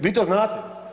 Vi to znate?